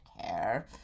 care